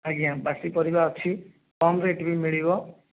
ଆଜ୍ଞା ବାକି ପରିବା ଅଛି କମ ରେଟ୍ ବି ମିଳିବ